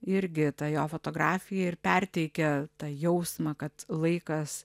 irgi ta jo fotografija ir perteikia tą jausmą kad laikas